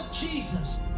Jesus